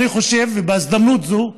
אני חושב שבהזדמנות זו,